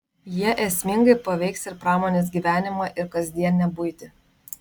jie esmingai paveiks ir pramonės gyvenimą ir kasdienę buitį